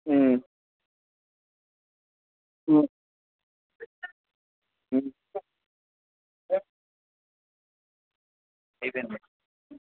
అయిపోయింది మేడం